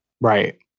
Right